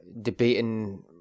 debating